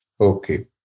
Okay